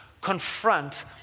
confront